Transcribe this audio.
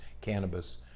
cannabis